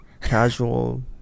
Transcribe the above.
casual